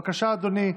בבקשה, אדוני,